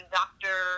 doctor